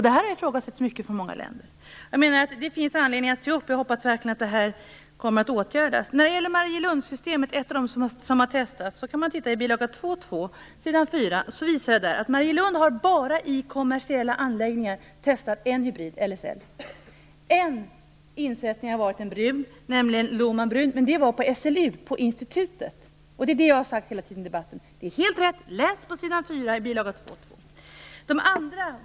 Detta har många länder ifrågasatt. Det finns anledning att se upp. Jag hoppas verkligen att det här kommer att åtgärdas. När det gäller Marielundsystemet, ett av de system som har testats, kan man titta på s. 4 i bilaga 2:2. Det står att Marielund i kommersiella anläggningar bara har testat en hybrid, LSL. En insättning har varit en brun hybrid, nämligen Lohman Brun, men det var på SLU, på institutionen. Det är det som jag har sagt hela tiden i debatten. Läs på s. 4 i bilaga 2:2!